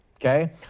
okay